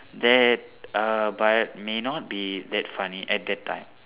that uh but may not be that funny at that time